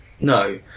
no